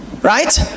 right